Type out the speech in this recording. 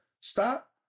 stop